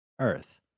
Earth